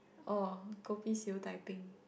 oh kopi Siew-Dai peng